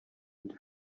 and